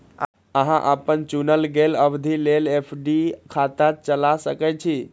अहां अपन चुनल गेल अवधि लेल एफ.डी खाता चला सकै छी